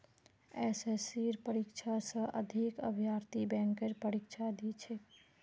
एसएससीर परीक्षा स अधिक अभ्यर्थी बैंकेर परीक्षा दी छेक